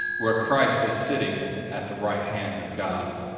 where christ is, sitting at the right hand of god.